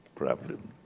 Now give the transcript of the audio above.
problem